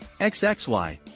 XXY